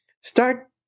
start